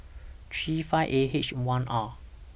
three five A H one R